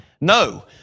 No